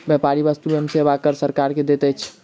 व्यापारी वस्तु एवं सेवा कर सरकार के दैत अछि